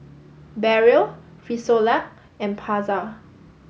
Barrel Frisolac and Pasar